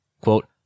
quote